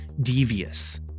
devious